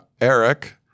Eric